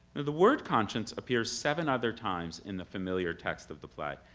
and the word conscience appears seven other times in the familiar text of the play,